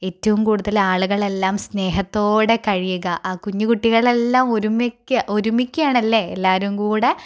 ഏറ്റവും കൂടുതൽ ആളുകളെല്ലാം സ്നേഹത്തോടെ കഴിയുക അ കുഞ്ഞു കുട്ടികളെല്ലാം ഒരുമിക്കുക ഒരുമിക്കുകയാണല്ലേ എല്ലാവരും കൂടെ